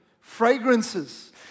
fragrances